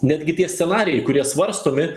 netgi tie scenarijai kurie svarstomi